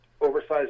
oversized